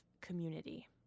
community